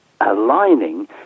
aligning